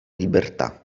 libertà